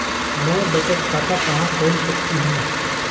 मैं बचत खाता कहां खोल सकती हूँ?